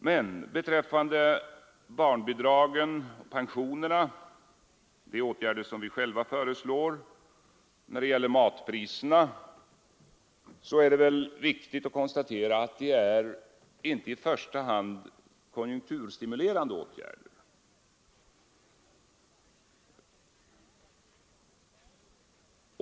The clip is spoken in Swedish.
Vad beträffar de höjda barnbidragen och pensionerna och de åtgärder som föreslås när det gäller matpriserna är det väl riktigt att konstatera att de inte i första hand är konjunkturstimulerande åtgärder.